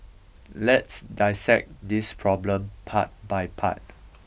let's dissect this problem part by part